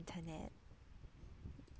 internet